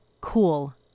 cool